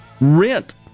rent